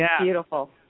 beautiful